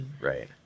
Right